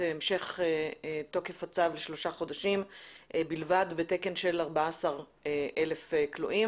המשך תוקף הצו לשלושה חודשים בלבד בתקן של 14,000 כלואים.